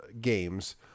games